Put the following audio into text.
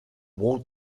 walled